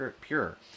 pure